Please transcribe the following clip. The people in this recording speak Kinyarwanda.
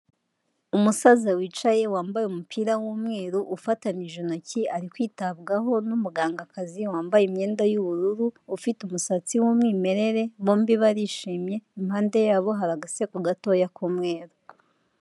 Umusaza wicaye, wambaye umupira w'umweru, ufatanije intoki, ari kwitabwaho n'umugangakazi wambaye imyenda y'ubururu, ufite umusatsi w'umwimerere, bombi barishimye, impande yabo hari agasego gatoya k'umweru.